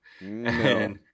No